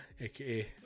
aka